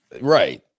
Right